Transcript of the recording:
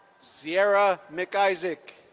sierra mcisaac.